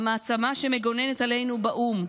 המעצמה שמגוננת עלינו באו"ם,